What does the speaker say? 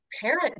parent